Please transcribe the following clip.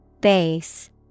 Base